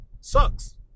sucks